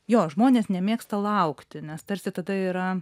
jo žmonės nemėgsta laukti nes tarsi tada yra